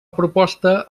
proposta